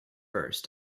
mainz